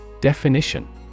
Definition